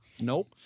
Nope